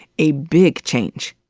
a big change.